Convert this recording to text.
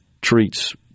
treats